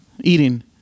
Eating